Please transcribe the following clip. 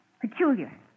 Peculiar